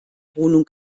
wohnung